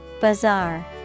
Bazaar